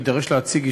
בדיעבד התברר כי חלקם